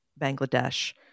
Bangladesh